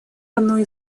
одной